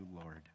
Lord